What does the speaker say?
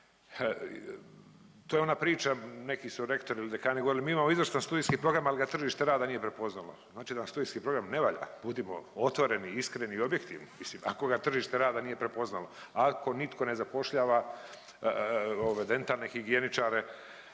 To je ona priča, neki su rektori ili dekani govorili mi imamo izvrstan studijski program, al ga tržište rada nije prepoznalo, znači da studijski program ne valja, budimo otvoreni, iskreni i objektivni, mislim ako ga tržište rada nije prepoznalo, ako nitko ne zapošljava ove dentalne higijeničare